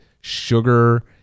sugar